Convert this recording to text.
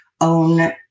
own